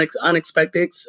unexpected